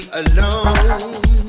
alone